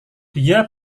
dia